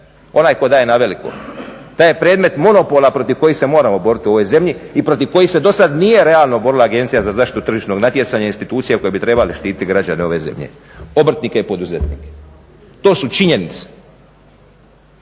onaj tko daje naveliko. Taj je predmet monopola protiv kojeg se moramo boriti u ovoj zemlji i protiv kojih se do sada nije realno borila Agencija za zaštitu tržišnog natjecanja i institucija koje bi trebali štiti građane ove zemlje, obrtnike i poduzetnike. To su činjenice.